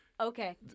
okay